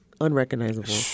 unrecognizable